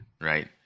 Right